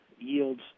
yields